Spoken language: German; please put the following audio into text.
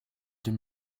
dem